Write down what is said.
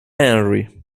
henry